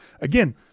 Again